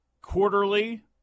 quarterly